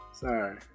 Sorry